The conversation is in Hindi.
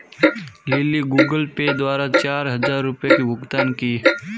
लिली गूगल पे द्वारा चार हजार रुपए की भुगतान की